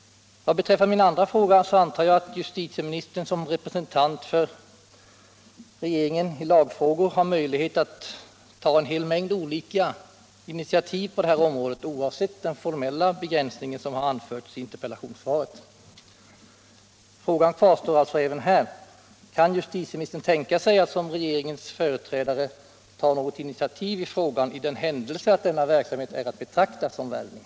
Vad beträffar min andra fråga antar jag att justitieministern som re presentant för regeringen i lagfrågor har möjlighet att ta en hel mängd olika initiativ på detta område, oavsett den formella begränsning som har anförts i interpellationssvaret. Frågan kvarstår alltså även här. Kan justitieministern tänka sig att som regeringens företrädare ta något initiativ i frågan i den händelse att denna verksamhet är att betrakta som värvning?